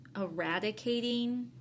eradicating